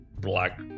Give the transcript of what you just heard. black